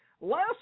last